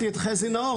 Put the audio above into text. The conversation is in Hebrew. את חזי נאור,